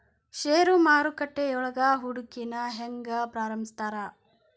ಷೇರು ಮಾರುಕಟ್ಟೆಯೊಳಗ ಹೂಡಿಕೆನ ಹೆಂಗ ಪ್ರಾರಂಭಿಸ್ತಾರ